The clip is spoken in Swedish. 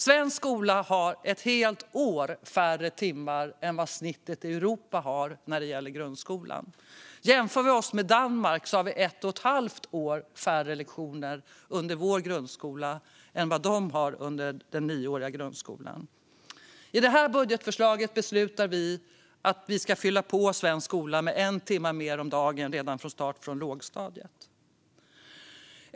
Svensk skola har motsvarande ett helt år färre timmar än snittet i Europa när det gäller grundskolan. Jämför vi med oss med Danmark har vi motsvarande ett och ett halvt år färre lektioner under vår grundskola än vad de har under sin nioåriga grundskola. I det här budgetförslaget beslutar vi att vi ska fylla på svensk skola med en timme mer om dagen redan från lågstadiet.